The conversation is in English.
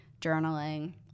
Journaling